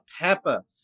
pepper